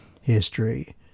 history